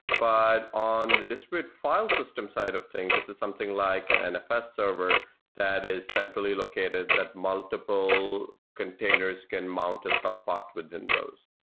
but on the disparate file system side of things, this is something like an nfs server that is centrally located that multiple containers can mount a sub-part within those.